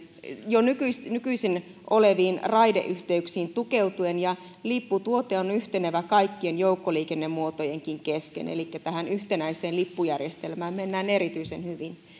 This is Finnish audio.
jo nykyisin oleviin raideyhteyksiin tukeutuen ja lipputuote on yhtenevä kaikkien joukkoliikennemuotojenkin kesken elikkä tähän yhtenäiseen lippujärjestelmään mennään erityisen hyvin